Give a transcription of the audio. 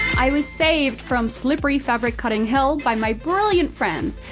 i was saved from slippery fabric cutting hell by my brilliant friends.